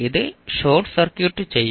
ഇത് short circuit ചെയ്യും